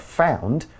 found